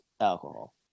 alcohol